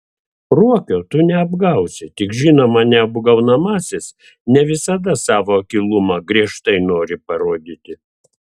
ruokio tu neapgausi tik žinoma neapgaunamasis ne visada savo akylumą griežtai nori parodyti